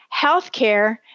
Healthcare